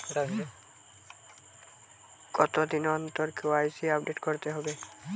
কতদিন অন্তর KYC update করতে হবে?